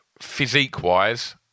physique-wise